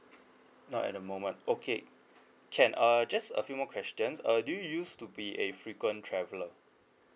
not at the moment okay can uh just a few more questions uh do you use to be a frequent traveller